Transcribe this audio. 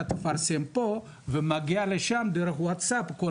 אתה תפרסם פה וזה מגיע לשם דרך ווטסאפ.